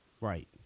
right